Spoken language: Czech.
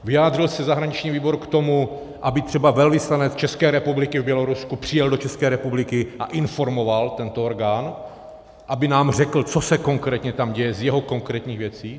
Vyjádřil se zahraniční výbor k tomu, aby třeba velvyslanec České republiky v Bělorusku přijel do České republiky a informoval tento orgán, aby nám řekl, co se konkrétně tam děje z jeho konkrétních věcí?